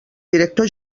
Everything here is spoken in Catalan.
director